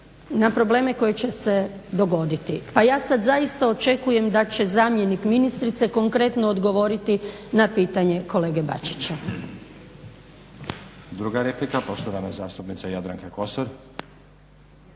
na probleme koje će se dogoditi. Pa ja sad zaista očekujem da će zamjenik ministrice konkretno odgovoriti na pitanje kolege Bačića. **Stazić, Nenad (SDP)** Druga replika, poštovana zastupnica Jadranka Kosor.